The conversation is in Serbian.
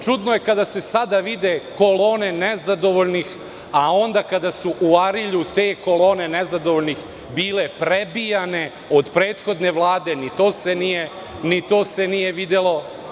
Čudno je kada se sada vide kolone nezadovoljnih, a onda kada su u Arilju te kolone nezadovoljnih bile prebijane od prethodne Vlade, ni to se nije videlo.